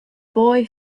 boy